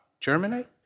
germinate